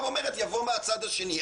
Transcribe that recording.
ואומרת "יבוא מהצד השני ארגון...".